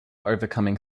overcoming